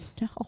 No